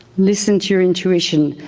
listen to your intuition,